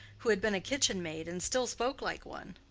who had been a kitchenmaid and still spoke like one.